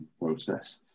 process